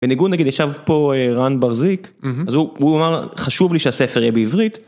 בניגוד נגיד - ישב פה רן בר זיק, אז הוא אומר, חשוב לי שהספר יהיה בעברית.